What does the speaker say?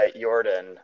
Jordan